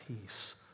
peace